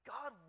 God